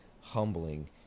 humbling